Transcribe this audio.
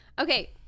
okay